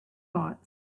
thoughts